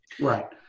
Right